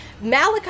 Malachi